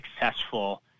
successful